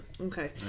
Okay